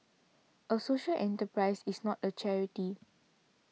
a social enterprise is not a charity